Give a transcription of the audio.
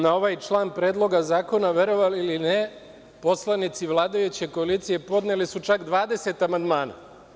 Na ovaj član Predloga zakona, verovali ili ne, poslanici vladajuće koalicije podneli su čak 20 amandmana.